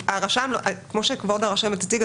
כמו שכבוד הרשמת הציגה,